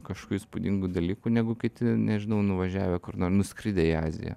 kažkokių įspūdingų dalykų negu kiti nežinau nuvažiavę kur nor nuskridę į aziją